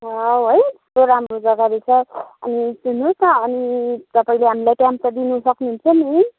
वाह है कस्तो राम्रो जग्गा रहेछ अनि सुन्नुहोस् न अनि तपाईँले हामीलाई टाइम त दिन सक्नुहुन्छ नि है